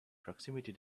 proximity